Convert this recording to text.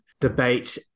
debate